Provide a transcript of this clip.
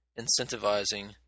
incentivizing